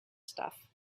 stuff